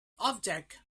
object